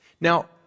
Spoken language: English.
Now